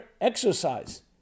exercise